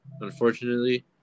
unfortunately